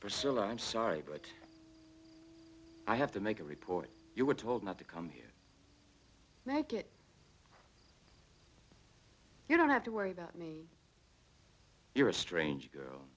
long i'm sorry but i have to make a report you were told not to come here like it you don't have to worry about me you're a strange girl